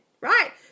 right